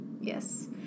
Yes